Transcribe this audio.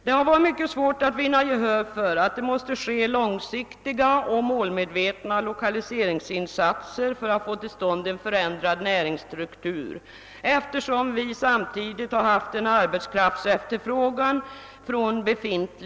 Det har varit mycket svårt att vinna gehör för tanken att långsiktiga och målmedvetna lokaliseringsinsatser måste göras för att få till stånd en förändrad näringsstruktur, eftersom befintlig industri samtidigt har efterfrågat arbetskraft.